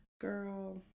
Girl